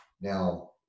Now